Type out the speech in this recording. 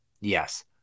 Yes